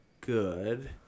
good